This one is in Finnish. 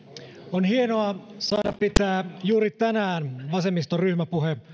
on hienoa saada pitää juuri tänään vasemmiston ryhmäpuhe